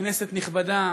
כנסת נכבדה,